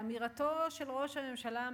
ואמירתו של ראש הממשלה,